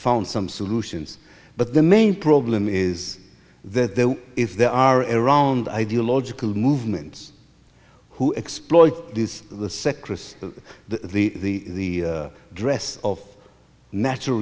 found some solutions but the main problem is that there is there are around ideological movements who exploit this the secretary of the the dress of natural